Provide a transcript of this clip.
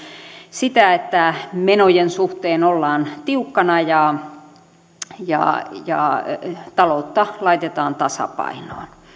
sitä että menojen suhteen ollaan tiukkana ja ja taloutta laitetaan tasapainoon